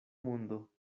mundo